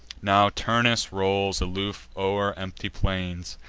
now turnus rolls aloof o'er empty plains,